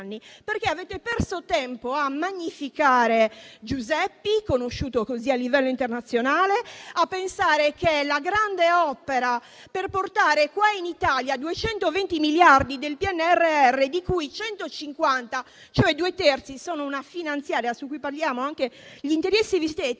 anni. Avete perso tempo a magnificare "Giuseppi" - conosciuto così a livello internazionale - e a pensare alla grande opera per portare in Italia 220 miliardi del PNRR, di cui 150 (cioè i due terzi) sono una finanziaria, su cui paghiamo anche gli interessi. Oltre